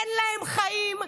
אין להן חיים.